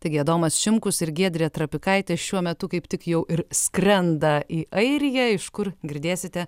taigi adomas šimkus ir giedrė trapikaitė šiuo metu kaip tik jau ir skrenda į airiją iš kur girdėsite